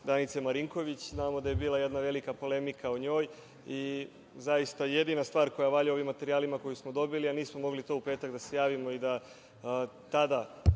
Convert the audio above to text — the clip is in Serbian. Danice Marinković. Znamo da je bila jedna velika polemika o njoj i zaista jedina stvar koja valja u ovim materijalima koje smo dobili, a nismo mogli u petak da se javimo i da tada